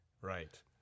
Right